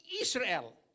Israel